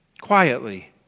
quietly